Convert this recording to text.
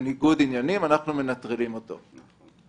לניגוד עניינים - אנחנו מנטרלים אותו.